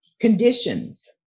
conditions